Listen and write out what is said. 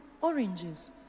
oranges